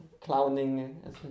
clowning